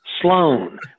Sloan